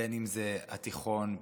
בין שזה בתיכון,